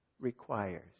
requires